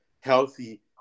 healthy